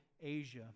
Asia